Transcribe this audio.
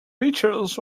beaches